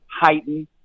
heighten